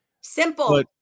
Simple